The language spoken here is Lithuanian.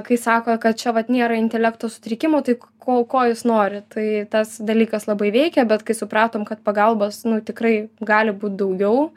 kai sako kad čia vat nėra intelekto sutrikimų tai ko ko jūs norit tai tas dalykas labai veikia bet kai supratom kad pagalbos nu tikrai gali būt daugiau